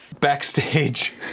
Backstage